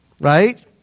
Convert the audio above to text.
right